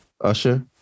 Usher